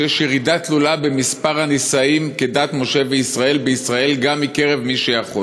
שיש ירידה תלולה במספר הנישאים כדת משה וישראל בישראל גם מקרב מי שיכול.